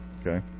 Okay